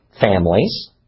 families